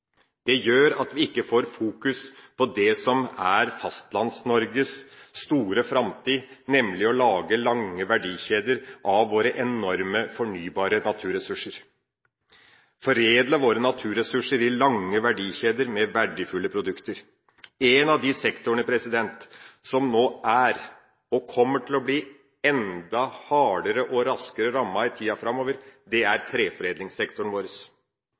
Det gjør at vi ikke får fokus på det som er Fastlands-Norges store framtid, nemlig å lage lange verdikjeder av våre enorme fornybare naturressurser – foredle våre naturressurser i lange verdikjeder med verdifulle produkter. En av de sektorene som nå er, og kommer til å bli, enda hardere og raskere rammet i tida framover, er treforedlingssektoren vår.